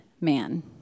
man